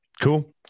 Cool